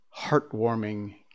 heartwarming